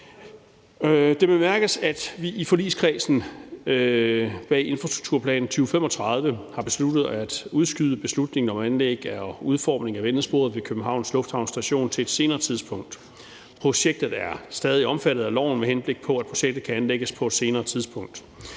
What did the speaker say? Det bemærkes, at vi i forligskredsen bag »Aftale om Infrastrukturplan 2035« har besluttet at udskyde beslutningen om anlæg af og udformning af vendesporet ved Københavns Lufthavn Station til et senere tidspunkt. Projektet er stadig omfattet af loven, med henblik på at projektet kan anlægges på et senere tidspunkt.